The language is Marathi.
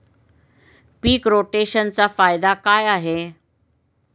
पीक रोटेशनचा फायदा काय आहे?